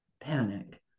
panic